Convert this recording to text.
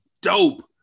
dope